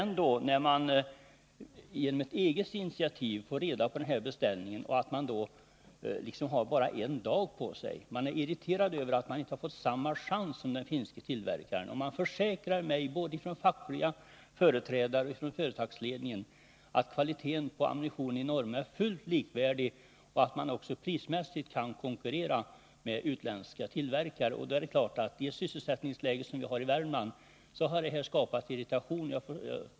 När företaget genom ett eget initiativ fick reda på den aktuella beställningen fick det bara en dag på sig, och man är där irriterad över att inte ha fått samma chans som den finske tillverkaren. Man försäkrar mig från både fackliga företrädare och företagsledningen att kvaliteten på ammunitionen från Norma Projektilfabrik är fullt likvärdig med den finska och att företaget också prismässigt kan konkurrera med I det sysselsättningsläge som vi har i Värmland har det inträffade självfallet skapat irritation.